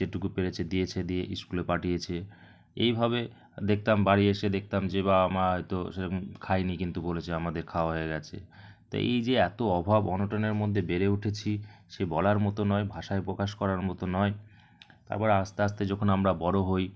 যেটুকু পেরেছে দিয়েছে দিয়ে ইস্কুলে পাঠিয়েছে এইভাবে দেখতাম বাড়ি এসে দেখতাম যে বাবা মা হয়তো সেরকম খায়নি কিন্তু বলেছে আমাদের খাওয়া হয়ে গেছে তা এই যে এত অভাব অনটনের মধ্যে বেড়ে উঠেছি সে বলার মতো নয় ভাষায় প্রকাশ করার মতো নয় তারপর আস্তে আস্তে যখন আমরা বড় হই